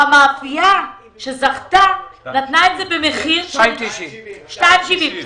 המאפייה שזכתה נתנה את זה במחיר של 2.70 שקלים.